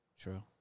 true